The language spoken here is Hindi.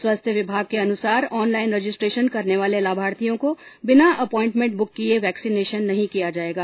स्वस्थ्य विभाग के अनुसार ऑनलाईन रजिस्ट्रेशन करने वाले लाभार्थियों को बिना अपोइमेंट बुक किये वैक्सीनेशन नहीं किया जायेगा